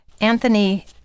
Anthony